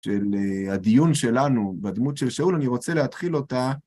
של הדיון שלנו בדמות של שאול, אני רוצה להתחיל אותה.